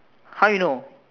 how you know